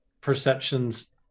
perceptions